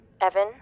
Evan